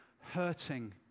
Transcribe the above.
hurting